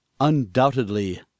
Undoubtedly